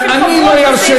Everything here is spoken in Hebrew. אבל היא רוצה,